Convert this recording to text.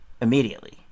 immediately